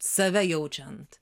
save jaučiant